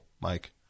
Mike